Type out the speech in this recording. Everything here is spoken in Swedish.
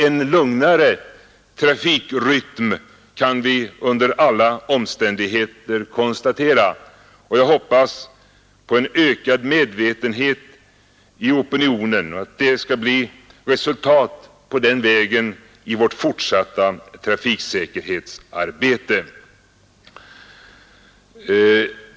En lugnare trafikrytm kan vi under alla omständigheter konstatera, och jag hoppas på en ökad medvetenhet i opinionen och att det skall bli resultat på den vägen i vårt fortsatta trafiksäkerhetsarbete.